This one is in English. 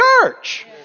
church